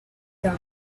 down